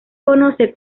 conoce